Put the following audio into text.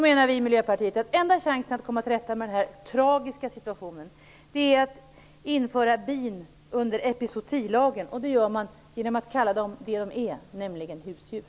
Vi i Miljöpartiet menar att enda chansen att komma till rätta med denna tragiska situation är att införa bin under epizootilagen. Det gör man genom att kalla dem för vad de är, nämligen husdjur.